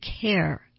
care